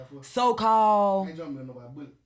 so-called